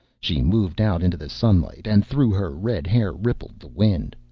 she moved out into the sunlight, and through her red hair rippled the wind.